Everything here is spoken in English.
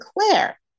Claire